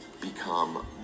become